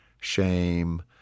shame